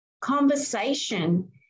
conversation